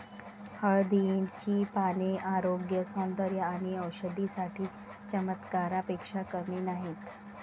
हळदीची पाने आरोग्य, सौंदर्य आणि औषधी साठी चमत्कारापेक्षा कमी नाहीत